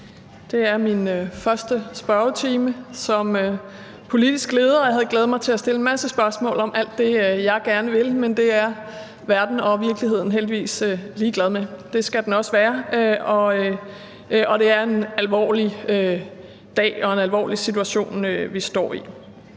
Det er min første spørgetime som politisk leder, og jeg havde glædet mig til at stille en masse spørgsmål om alt det, jeg gerne vil, men det er verden og virkeligheden heldigvis ligeglad med, og det skal den også være. Det er en alvorlig dag og en alvorlig situation, vi står i.